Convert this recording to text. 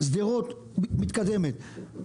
שדרות מתקדמת.